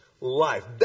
life